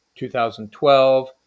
2012